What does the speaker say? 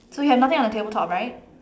so you have nothing on the table top right